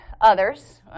others